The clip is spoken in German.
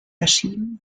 verschieben